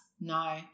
No